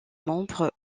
membres